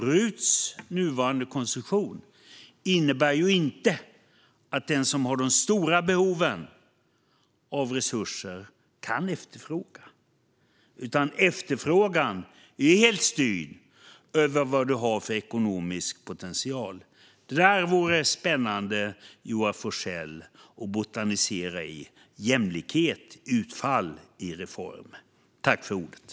RUT:s nuvarande konstruktion innebär inte att den som har de stora behoven av resurser kan efterfråga detta. Efterfrågan är helt styrd av vad du har för ekonomisk potential. Det, Joar Forssell, vore spännande att botanisera i: reformens jämlikhetsutfall.